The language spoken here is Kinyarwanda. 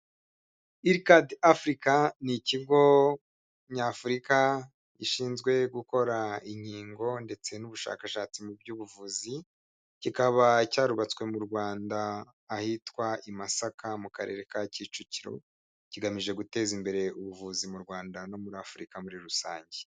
Irikadi Afurika ni ikigo nyafurika gishinzwe gukora inkingo ndetse n'ubushakashatsi mu by'ubuvuzi kikaba cyarubatswe mu Rwanda ahitwa i Masaka mu karere ka Kicukiro, kigamije guteza imbere ubuvuzi mu Rwanda no muri Afurika muri rusange.